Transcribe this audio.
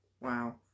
Wow